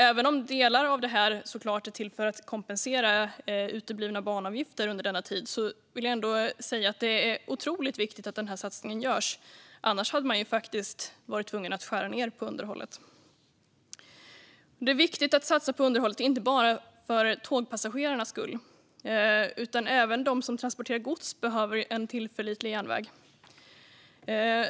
Även om delar av det här såklart är till för att kompensera för uteblivna banavgifter under denna tid vill jag ändå säga att det är otroligt viktigt att den här satsningen görs. Annars hade man faktiskt varit tvungen att skära ned på underhållet. Det är viktigt att satsa på underhållet, inte bara för tågpassagerarnas skull. Även de som transporterar gods behöver en tillförlitlig järnväg.